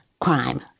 crime